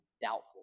doubtful